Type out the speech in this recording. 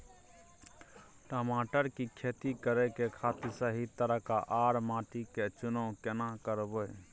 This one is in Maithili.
टमाटर की खेती करै के खातिर सही तरीका आर माटी के चुनाव केना करबै?